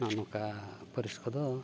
ᱱᱚᱜᱼᱚᱸᱭ ᱱᱚᱠᱟ ᱯᱟᱹᱨᱤᱥ ᱠᱚᱫᱚ